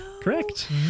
Correct